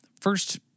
first